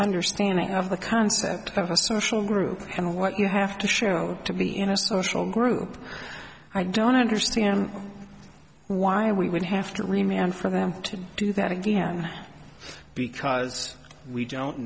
understanding of the concept of a social group and what you have to show to be in a social group i don't understand why we would have to remain for them to do that again because we don't